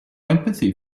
empathy